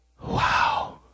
wow